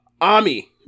Ami